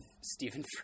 Stephen